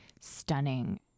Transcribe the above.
stunning